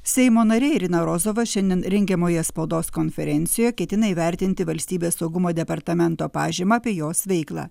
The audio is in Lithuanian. seimo narė irina rozova šiandien rengiamoje spaudos konferencijoje ketina įvertinti valstybės saugumo departamento pažymą apie jos veiklą